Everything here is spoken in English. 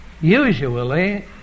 usually